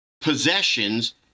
Possessions